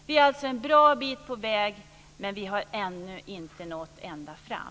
Vi är alltså en bra bit på väg, men vi har ännu inte nått ända fram.